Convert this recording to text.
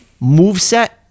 moveset